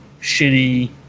shitty